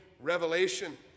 revelation